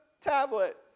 tablet